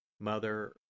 Mother